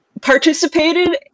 participated